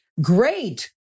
great